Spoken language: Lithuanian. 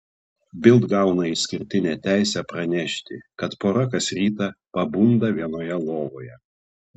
bild gauna išskirtinę teisę pranešti kad pora kas rytą pabunda vienoje lovoje